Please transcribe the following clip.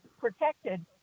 protected